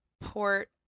port